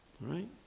Right